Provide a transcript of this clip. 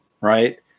right